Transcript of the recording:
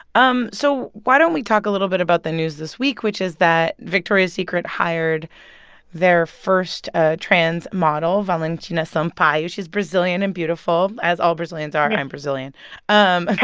um so why don't we talk a little bit about the news this week, which is that victoria's secret hired their first ah trans model, valentina sampaio? she's brazilian and beautiful, as all brazilians are. i'm brazilian um